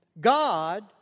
God